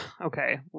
Okay